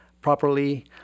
properly